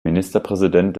ministerpräsident